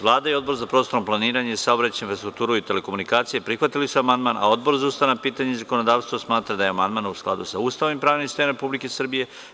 Vlada i Odbor za prostorno planiranje, saobraćaj, infrastrukturu i telekomunikacija prihvatili su amandman, a Odbor za ustavna pitanja i zakonodavstvo smatra da je amandman u skladu sa Ustavom i pravnim sistemom Republike Srbije.